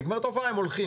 נגמרת ההופעה הם הולכים.